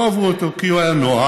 לא אהבו אותו כי הוא היה נועז,